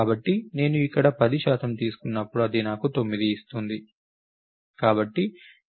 కాబట్టి నేను ఇక్కడ 10 శాతం తీసుకున్నప్పుడు ఇది నాకు 9 ఇస్తుంది